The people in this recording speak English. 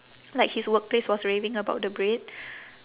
like his workplace was raving about the bread